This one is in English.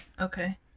Okay